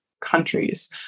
countries